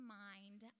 mind